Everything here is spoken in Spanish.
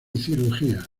cirugía